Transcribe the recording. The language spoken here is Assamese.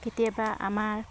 কেতিয়াবা আমাৰ